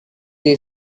they